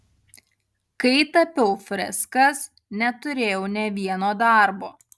kai tapiau freskas neturėjau nė vieno darbo